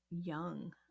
young